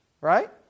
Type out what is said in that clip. right